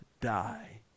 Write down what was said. die